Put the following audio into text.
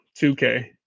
2K